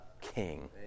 king